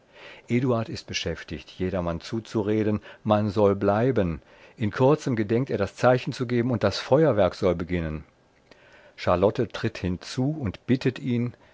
eduard ist beschäftigt jedermann zuzureden man soll bleiben in kurzem gedenkt er das zeichen zu geben und das feuerwerk soll beginnen charlotte tritt hinzu und bittet ihn